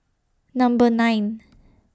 Number nine